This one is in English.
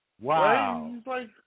Wow